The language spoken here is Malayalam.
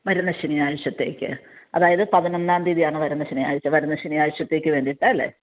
വരുന്ന ശനിയാഴ്ചത്തേക്ക് അതായത് പതിനൊന്നാംതിയതിയാണ് വരുന്ന ശനിയാഴ്ച വരുന്ന ശനിയാഴ്ചത്തേക്ക് വേണ്ടിയിട്ടാണല്ലേ